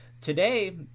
today